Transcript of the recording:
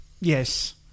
Yes